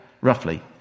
roughly